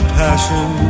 passion